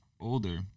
older